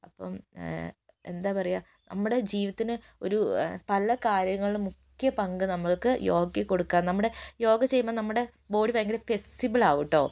അപ്പം എന്താ പറയുക നമ്മുടെ ജീവിതത്തിന് ഒരു പല കാര്യങ്ങളിലും മുഖ്യ പങ്ക് നമുക്ക് യോഗയ്ക്ക് കൊടുക്കാം നമ്മുടെ യോഗ ചെയ്യുമ്പം നമ്മുടെ ബോഡി ഭയങ്കര ഫ്ലെക്സിബിളാവും കേട്ടോ